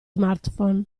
smartphone